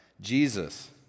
Jesus